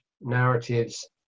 narratives